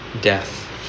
death